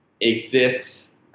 exists